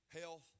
health